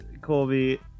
Colby